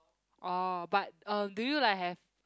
oh but uh do you like have